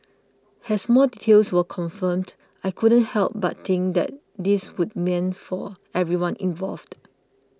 as more details were confirmed I couldn't help but think that this would mean for everyone involved